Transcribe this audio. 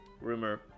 Rumor